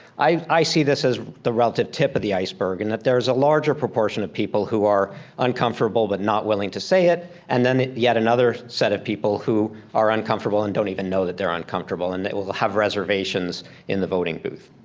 i see this as the relative tip of the iceberg and that there's a larger proportion of people who are uncomfortable, but not willing to say it. and then yet another set of people who are uncomfortable and don't even know that they're uncomfortable and they will have reservations in the voting booth.